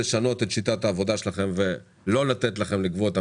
הכללית יתורגם ל-70% בשלטי חוצות או בעיתונות בציבור החרדי,